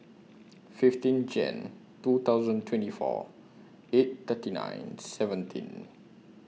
fifteen Jane two thousand twenty four eight thirty nine seventeen